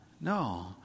No